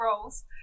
roles